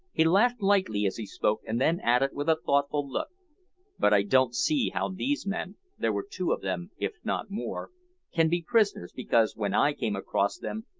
he laughed lightly as he spoke, and then added, with a thoughtful look but i don't see how these men there were two of them, if not more can be prisoners, because, when i came across them,